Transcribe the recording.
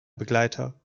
begleiter